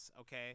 okay